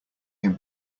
him